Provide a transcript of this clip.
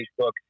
Facebook